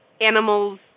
animals